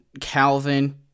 Calvin